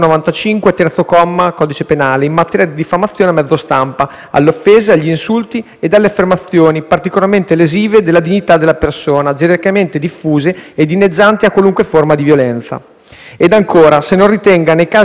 alle offese, agli insulti ed alle affermazioni particolarmente lesive della dignità della persona, genericamente diffuse ed inneggianti a qualunque forma di violenza. Ed ancora, se non ritenga, nei casi in cui le violenze verbali siano rivolte in danno del genere femminile,